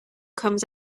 comes